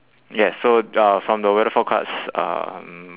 yes so uh from the weather forecast um